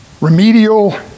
remedial